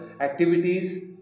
activities